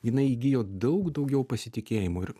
jinai įgijo daug daugiau pasitikėjimo ir